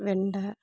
வெண்டை